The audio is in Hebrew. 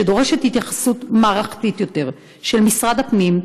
שדורשת התייחסות מערכתית יותר של משרד הפנים,